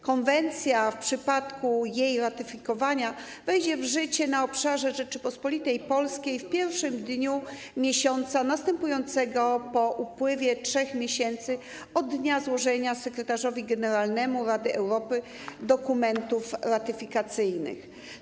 Konwencja w przypadku jej ratyfikowania wejdzie w życie na obszarze Rzeczypospolitej Polskiej w pierwszym dniu miesiąca następującego po upływie 3 miesięcy od dnia złożenia sekretarzowi generalnemu Rady Europy dokumentów ratyfikacyjnych.